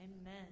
Amen